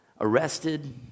Arrested